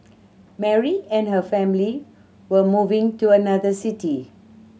Mary and her family were moving to another city